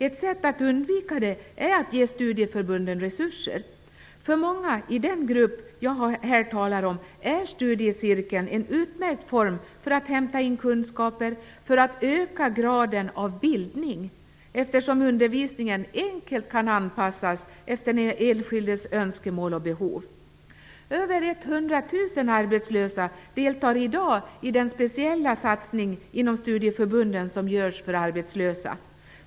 Ett sätt att undvika det är att ge studieförbunden resurser. För många i den grupp jag här talar om är studiecirkeln en utmärkt form för att hämta in kunskaper, för att öka graden av bildning, eftersom undervisningen enkelt kan anpassas efter den enskildes önskemål och behov. Över 100 000 arbetslösa deltar i dag i den speciella satsning inom studieförbunden som görs för arbetslösa.